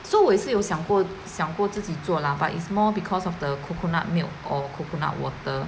so 我也是有想过想过自己做了 but it's more because of the coconut milk or coconut water